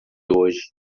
hoje